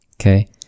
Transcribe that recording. Okay